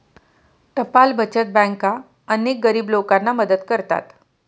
टपाल बचत बँका अनेक गरीब लोकांना मदत करतात